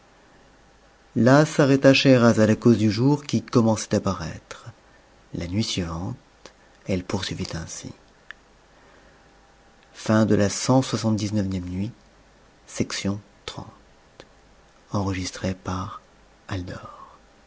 là s'arrêta scheherazade à cause du jour qui commençait à paraître la nuit suivante elle poursuivit ainsi